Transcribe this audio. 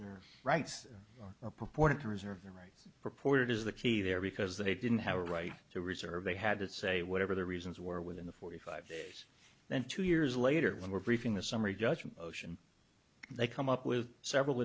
their rights or purported to reserve the right purported is the key there because they didn't have a right to reserve they had to say whatever the reasons were within the forty five days then two years later when we're briefing the summary judgment ocean they come up with several